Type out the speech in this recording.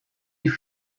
you